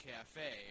Cafe